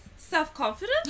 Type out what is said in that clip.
self-confidence